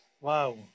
Wow